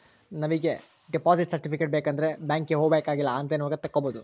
ನಮಿಗೆ deposit certificate ಬೇಕಂಡ್ರೆ ಬ್ಯಾಂಕ್ಗೆ ಹೋಬಾಕಾಗಿಲ್ಲ ಆನ್ಲೈನ್ ಒಳಗ ತಕ್ಕೊಬೋದು